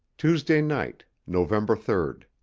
tuesday night, november third.